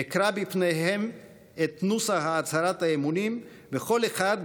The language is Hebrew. אקרא לפניהם את נוסח הצהרת האמונים וכל אחד,